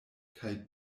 kaj